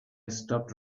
stopped